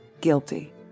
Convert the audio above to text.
guilty